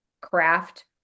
craft